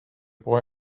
boy